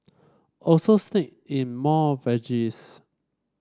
also sneak in more veggies